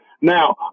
Now